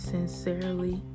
Sincerely